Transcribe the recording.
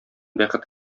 бәхет